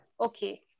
okay